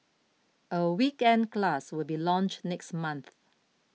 a weekend class will be launched next month